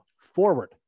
forward